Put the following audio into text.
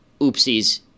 oopsies